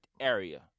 area